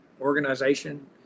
organization